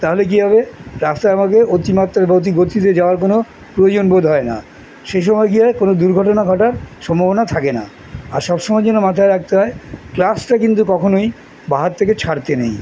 তাহলে কী হবে রাস্তায় আমাকে অতিমাত্রার বা অতি গতিতে যাওয়ার কোনো প্রয়োজন বোধ হয় না সেই সময় গিয়ে কোনো দুর্ঘটনা ঘটার সম্ভাবনা থাকে না আর সব সময় যেন মাথায় রাখতে হয় ক্লাচটা কিন্তু কখনোই বাঁ হাত থেকে ছাড়তে নেই